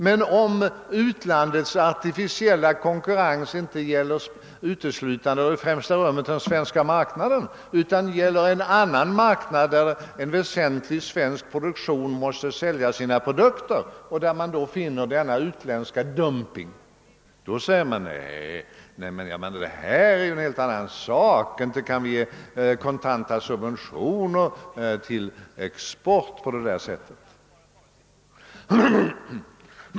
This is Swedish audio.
Men om utlandets artificiella konkurrens inte i främsta rummet gäller den svenska marknaden utan en annan marknad, där en väsentlig svensk produktion måste säljas och där man då finner denna utländska dumping, säger man: Nej, men det här är ju en helt annan sak, inte kan vi ge kontanta subventioner till export på det här sättet.